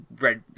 red